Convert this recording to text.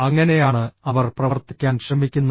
അങ്ങനെയാണ് അവർ പ്രവർത്തിക്കാൻ ശ്രമിക്കുന്നത്